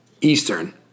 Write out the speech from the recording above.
Eastern